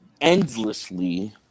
endlessly